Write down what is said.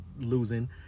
losing